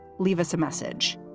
leave us a message.